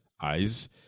eyes